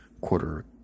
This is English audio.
quarter